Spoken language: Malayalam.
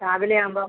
രാവിലെയാവുമ്പം